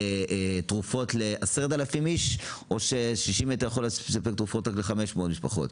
תרופות ל-10,000 איש או ש-60 מטר יכול להספיק לתרופות ל-500 משפחות?